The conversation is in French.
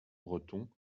breton